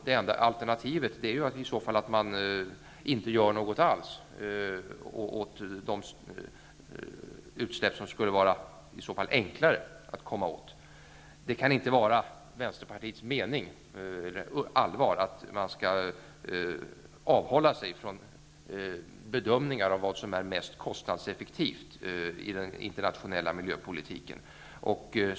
Det enda alternativet är i så fall att inte göra något alls åt de utsläpp som skulle vara enklare att komma åt. Det kan inte vara Vänsterpartiets allvarliga mening att man skall avhålla sig från bedömningar av vad som är mest kostnadseffektivt i den internationella miljöpolitiken.